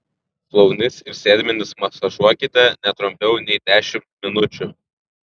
šlaunis ir sėdmenis masažuokite ne trumpiau nei dešimt minučių